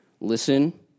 listen